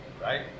right